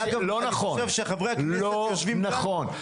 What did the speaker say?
לא נכון.